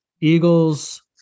Eagles